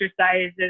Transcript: exercises